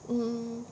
mm